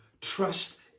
Trust